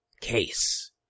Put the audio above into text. Case